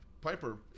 Piper